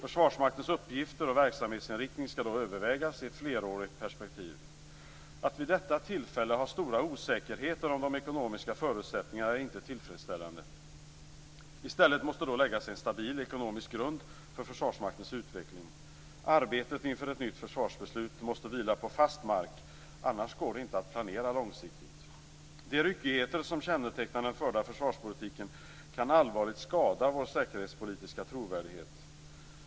Försvarsmaktens uppgifter och verksamhetsinriktning skall då övervägas i ett flerårigt perspektiv. Att vid detta tillfälle ha stora osäkerheter om de ekonomiska förutsättningarna är inte tillfredsställande. I stället måste då läggas en stabil ekonomisk grund för Försvarsmaktens utveckling. Arbetet inför ett nytt försvarsbeslut måste vila på fast mark, annars går det inte att planera långsiktigt! De ryckigheter som kännetecknar den förda försvarspolitiken kan allvarligt skada vår säkerhetspolitiska trovärdighet.